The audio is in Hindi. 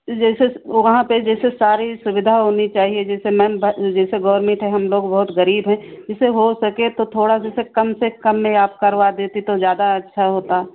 जैसे वहाँ पर जैसे सारी सुविधा होनी चाहिए जैसे नमभर जैसे गोरमिंट है हम लोग बहुत ग़रीब हैं जैसे हो सके तो थोड़ा जैसे कम से कम में आप करवा देते तो ज़्यादा अच्छा होता